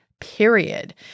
period